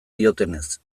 diotenez